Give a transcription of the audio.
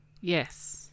yes